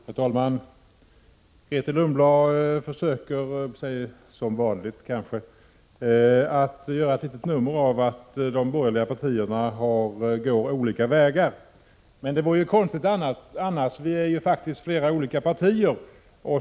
Herr talman! Grethe Lundblad försöker, som vanligt kanske, att göra ett nummer av att de borgerliga partierna går olika vägar. Men det vore konstigt annars, eftersom det är fråga om flera olika partier.